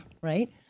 right